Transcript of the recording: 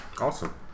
Awesome